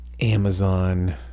Amazon